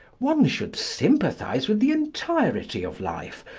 one should sympathise with the entirety of life,